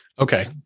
Okay